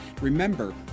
Remember